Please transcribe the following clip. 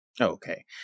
Okay